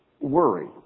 worry